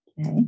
Okay